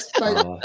Right